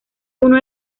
uno